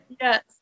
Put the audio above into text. Yes